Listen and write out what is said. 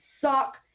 suck